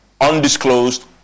undisclosed